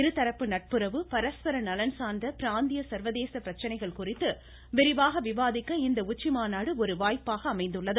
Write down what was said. இருதரப்பு நட்புறவு பரஸ்பர நலன்சார்ந்த பிராந்திய சர்வதேச பிரச்சினைகள் குறித்து விரிவாக விவாதிக்க இந்த உச்சி மாநாடு ஒரு வாய்ப்பாக அமைந்துள்ளது